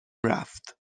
رفت